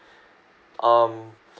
um